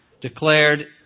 declared